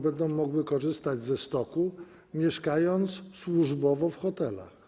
Będą mogły korzystać ze stoku, mieszkając służbowo w hotelach.